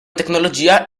tecnologia